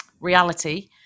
reality